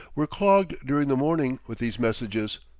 were clogged during the morning with these messages,